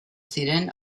ziren